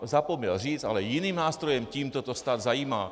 Zapomněl ale říct: ale jiným nástrojem, tímto, to stát zajímá.